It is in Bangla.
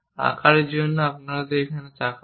আকারের জন্য আমাদের এটি তাকান